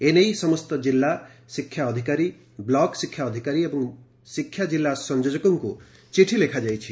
ଏନେଇ ସମସ୍ତ କିଲ୍ଲା ଶିକ୍ଷା ଅଧିକାରୀ ବ୍ଲକ୍ ଶିକ୍ଷା ଅଧିକାରୀ ଏବଂ ଶିକ୍ଷା କିଲ୍ଲା ସଂଯୋଜକଙ୍କ ଚିଠି ଲେଖା ଯାଇଛି